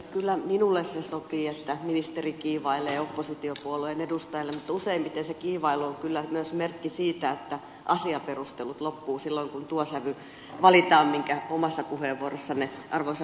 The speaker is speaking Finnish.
kyllä minulle se sopii että ministeri kiivailee oppositiopuolueen edustajalle mutta useimmiten se kiivailu on kyllä myös merkki siitä että asiaperustelut loppuvat silloin kun valitaan tuo sävy minkä omassa puheenvuorossanne arvoisa ministeri valitsitte